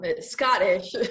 Scottish